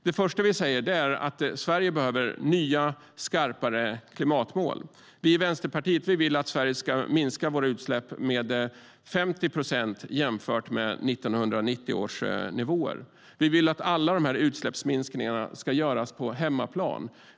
Det första vi säger är att Sverige behöver nya, skarpare klimatmål. Vi i Vänsterpartiet vill att Sverige ska minska sina utsläpp med 50 procent jämfört med 1990 års nivåer. Vi vill att alla de här utsläppsminskningarna ska göras på hemmaplan.